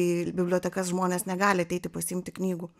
į bibliotekas žmonės negali ateiti pasiimti knygų